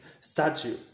statue